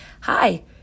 hi